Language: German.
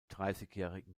dreißigjährigen